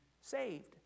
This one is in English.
saved